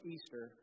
Easter